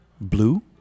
blue